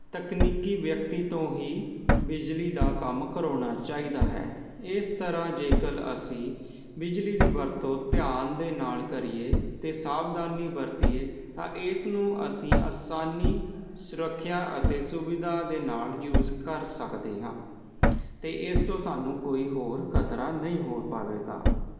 ਤਕਨੀਕੀ ਵਿਅਕਤੀ ਤੋਂ ਹੀ ਬਿਜਲੀ ਦਾ ਕੰਮ ਕਰਾਉਣਾ ਚਾਹੀਦਾ ਹੈ ਇਸ ਤਰ੍ਹਾਂ ਜੇਕਰ ਅਸੀਂ ਬਿਜਲੀ ਦੀ ਵਰਤੋਂ ਧਿਆਨ ਦੇ ਨਾਲ ਕਰੀਏ ਅਤੇ ਸਾਵਧਾਨੀ ਵਰਤੀਏ ਤਾਂ ਇਸ ਨੂੰ ਅਸੀਂ ਆਸਾਨੀ ਸੁਰੱਖਿਆ ਅਤੇ ਸੁਵਿਧਾ ਦੇ ਨਾਲ ਯੂਜ ਕਰ ਸਕਦੇ ਹਾਂ ਅਤੇ ਇਸ ਤੋਂ ਸਾਨੂੰ ਕੋਈ ਹੋਰ ਖਤਰਾ ਨਹੀਂ ਹੋ ਪਾਵੇਗਾ